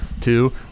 Two